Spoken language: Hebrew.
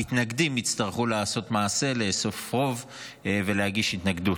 המתנגדים יצטרכו לעשות מעשה: לאסוף רוב ולהגיש התנגדות.